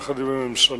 יחד עם הממשלה,